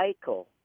cycle